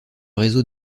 réseau